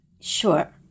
Sure